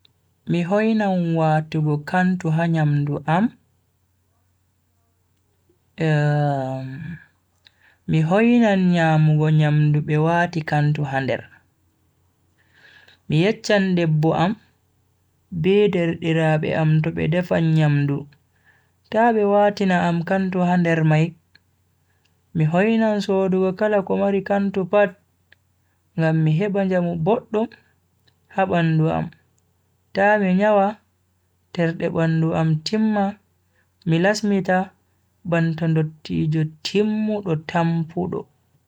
Mi hoinan watugo kantu ha nyamdu am, mi hoinan nyamugo nyamdu be wati kantu ha nder. mi yecchan debbo am be derdiraabe am to be defan nyamdu ta be watina am kantu ha nder mai, mi hoinan sodugo kala ko mari kantu pat ngam mi heba njamu boddum ha bandu am ta mi nyawa terde bandu am timma mi lasmita banta ndottijo timmudo tampudo.